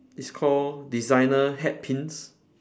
it's called designer hat pins